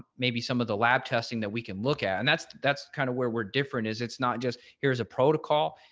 maybe some of the lab testing that we can look at. and that's that's kind of where we're different is it's not just, here's a protocol,